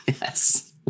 Yes